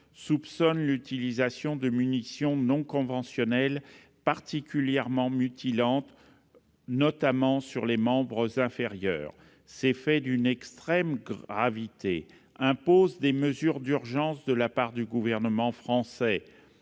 soupçonnent l'utilisation de munitions non conventionnelles, particulièrement mutilantes, notamment sur les membres inférieurs. Ces faits d'une extrême gravité imposent la prise de mesures d'urgence par le Gouvernement français.